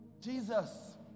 Jesus